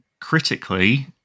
critically